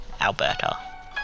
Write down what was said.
Alberta